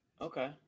Okay